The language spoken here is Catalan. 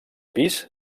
pis